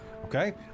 Okay